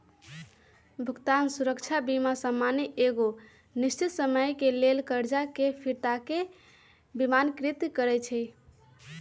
भुगतान सुरक्षा बीमा सामान्य एगो निश्चित समय के लेल करजा के फिरताके बिमाकृत करइ छइ